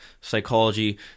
psychology